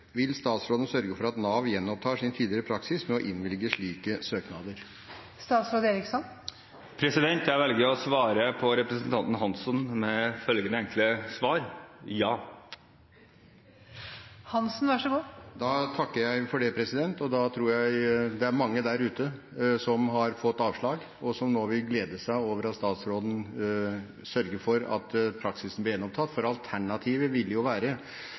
Vil statsråden sørge for at Nav gjenopptar sin tidligere praksis med å innvilge slike søknader?» Jeg velger å gi representanten Hansen følgende enkle svar: Ja. Da takker jeg for det. Jeg tror det er mange der ute som har fått avslag, som nå vil glede seg over at statsråden sørger for at praksisen blir gjenopptatt. Alternativet ville være – som også fire overleger fra Oslo universitetssykehus har skrevet til statsråden – at de blir på lokalsykehuset for